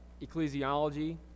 ecclesiology